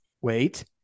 Wait